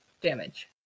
damage